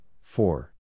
four